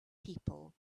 people